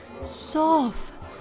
Soft